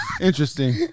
Interesting